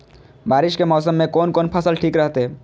बारिश के मौसम में कोन कोन फसल ठीक रहते?